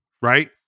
right